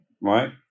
right